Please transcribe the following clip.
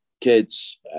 kids